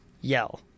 Yell